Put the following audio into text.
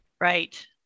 right